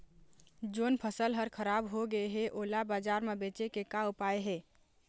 जोन फसल हर खराब हो गे हे, ओला बाजार म बेचे के का ऊपाय हे?